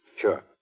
Sure